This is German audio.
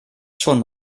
schon